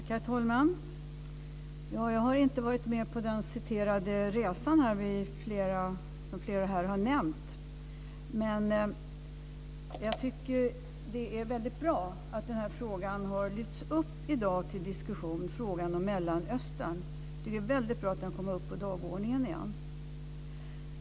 Herr talman! Jag var inte med på den resa som flera här har nämnt. Jag tycker att det är väldigt bra att frågan om Mellanöstern har lyfts upp till diskussion i dag. Det är väldigt bra att den kommer upp på dagordningen igen.